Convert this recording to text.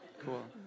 Cool